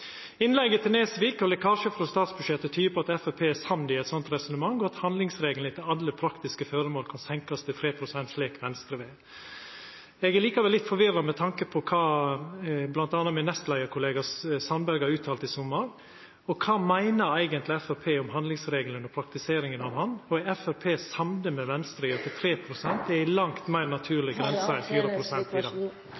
frå statsbudsjettet tyder på at Framstegspartiet er samd i eit sånt resonnement, og at handlingsregelen etter alle praktiske føremål kan senkast til 3 pst., slik Venstre vil. Eg er likevel litt forvirra med tanke på kva m.a. nestleiarkollegaen min Sandberg uttalte i sommar. Kva meiner eigentleg Framstegspartiet om handlingsregelen og praktiseringa av han? Er Framstegspartiet samd med Venstre i at 3 pst. er ei langt meir